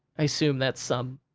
i assume that's some,